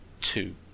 two